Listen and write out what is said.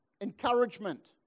encouragement